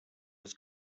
was